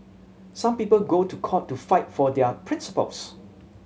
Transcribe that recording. some people go to court to fight for their principles